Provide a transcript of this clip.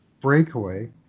breakaway